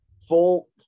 Full